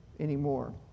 Anymore